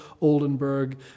Oldenburg